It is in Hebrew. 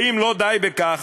ואם לא די בכך,